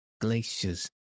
glaciers